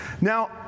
now